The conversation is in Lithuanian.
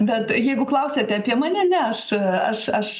bet jeigu klausiate apie mane ne aš aš aš